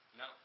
no